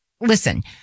listen